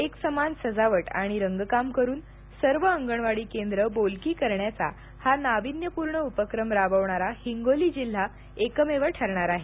एकसमान सजावट आणि रंगकाम करून सर्व अंगणवाडी केंद्रं बोलकी करण्याचा हा नाविन्यपूर्ण उपक्रम राबवणारा हिंगोली जिल्हा एकमेव ठरणार आहे